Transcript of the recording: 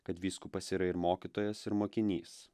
kad vyskupas yra ir mokytojas ir mokinys